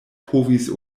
povis